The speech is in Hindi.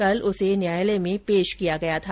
कल उसे न्यायालय में पेश किया गया था